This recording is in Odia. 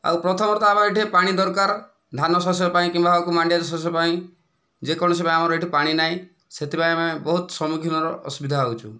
ଆଉ ପ୍ରଥମରତଃ ଆମର ଏଇଠି ପାଣି ଦରକାର ଧାନ ଶାଷ ପାଇଁ କିମ୍ବା ମଣ୍ଡିଆ ଶାଷ ପାଇଁ ଯେକୌଣସି ପାଇଁ ଆମର ଏଇଠି ପାଣି ନାହିଁ ସେଥିପାଇଁ ଆମେ ବହୁତ ସମ୍ମୁଖୀନର ଅସୁବିଧା ହେଉଛୁ